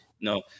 no